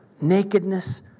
nakedness